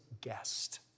guest